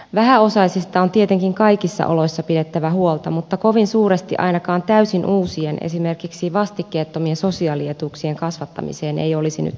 vähäosaisista on tietenkin kaikissa oloissa pidettävä huolta mutta kovin suuresti ainakaan täysin uusien esimerkiksi vastikkeettomien sosiaalietuuksien kasvattamiseen ei olisi nyt varaa